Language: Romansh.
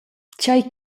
tgei